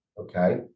Okay